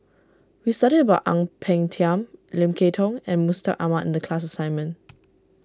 we studied about Ang Peng Tiam Lim Kay Tong and Mustaq Ahmad in the class assignment